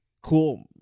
cool